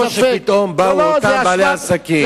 זה לא שפתאום באו אותם בעלי עסקים.